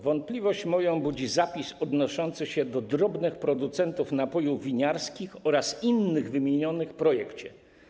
Wątpliwość moją budzi zapis odnoszący się do drobnych producentów napojów winiarskich oraz innych wymienionych w projekcie.